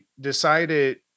decided